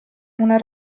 una